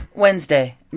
Wednesday